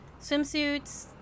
swimsuits